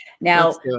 Now